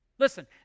Listen